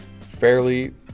fairly